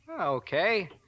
Okay